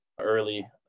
early